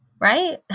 Right